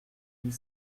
huit